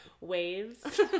Waves